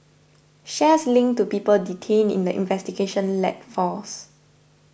shares linked to people detained in the investigation led falls